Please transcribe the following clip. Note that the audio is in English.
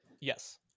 Yes